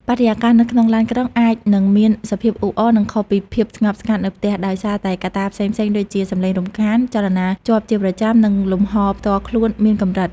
បរិយាកាសនៅក្នុងឡានក្រុងអាចនឹងមានសភាពអ៊ូអរ និងខុសពីភាពស្ងប់ស្ងាត់នៅផ្ទះ ដោយសារតែកត្តាផ្សេងៗដូចជា សំឡេងរំខាន ចលនាជាប់ជាប្រចាំ និងលំហផ្ទាល់ខ្លួនមានកម្រិត។